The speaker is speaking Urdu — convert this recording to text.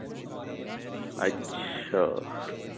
اچھا